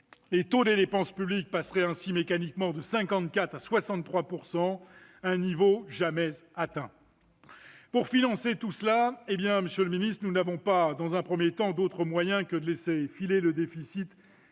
Le taux de dépenses publiques passera ainsi mécaniquement de 54 % à 63 %, un niveau jamais atteint. Pour financer tout cela, nous n'avons pas d'autre moyen, dans un premier temps, que de laisser filer le déficit